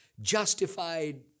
Justified